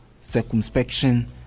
circumspection